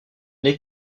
n’est